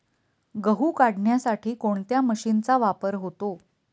गहू काढण्यासाठी कोणत्या मशीनचा वापर होतो?